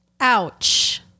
Ouch